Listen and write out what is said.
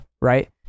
Right